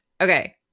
Okay